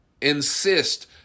insist